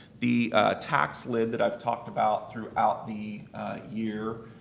the tax lid that i've talked about throughout the year,